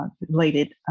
related